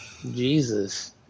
Jesus